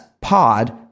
POD